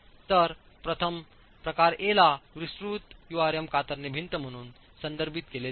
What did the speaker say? तर प्रथम प्रकार ए ला विस्तृत यूआरएम कातरणे भिंत म्हणून संदर्भित केले जाते